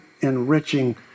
enriching